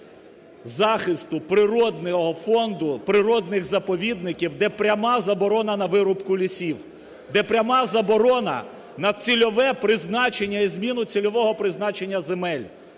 захисту природного фонду, природних заповідників, де пряма заборона на вирубку лісів, де пряма заборона на цільове призначення і зміну цільового призначення земель,